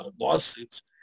lawsuits